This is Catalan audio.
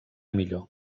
millor